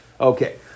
Okay